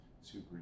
super